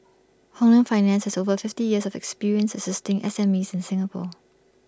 Hong Leong finance has over fifty years of experience assisting SMEs in Singapore